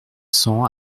cents